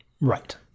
Right